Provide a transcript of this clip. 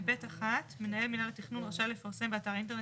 (ב1) מנהל מינהל התכנון רשאי לפרסם באתר האינטרנט